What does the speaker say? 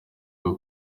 bwo